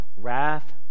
wrath